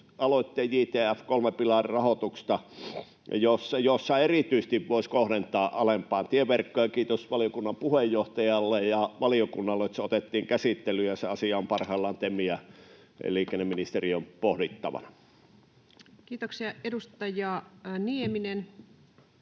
kolme pilarin rahoituksesta, jossa voisi kohdentaa erityisesti alempaan tieverkkoon, ja kiitos valiokunnan puheenjohtajalle ja valiokunnalle, että se otettiin käsittelyyn. Se asia on parhaillaan TEMin ja liikenneministeriön pohdittavana. [Speech 461] Speaker: